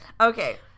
okay